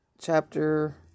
chapter